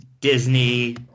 Disney